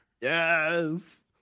Yes